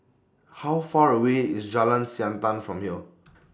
How Far away IS Jalan Siantan from here